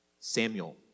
Samuel